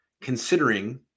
considering